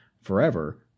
forever